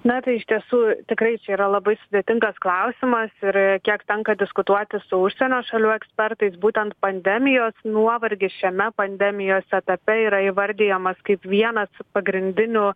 na tai iš tiesų tikrai čia yra labai sudėtingas klausimas ir kiek tenka diskutuoti su užsienio šalių ekspertais būtent pandemijos nuovargis šiame pandemijos etape yra įvardijamas kaip vienas pagrindinių